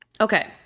Okay